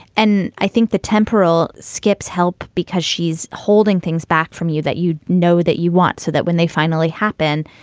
and i think the temporal skips help because she's holding things back from you that you know, that you want, so that when they finally happen,